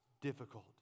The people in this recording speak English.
difficult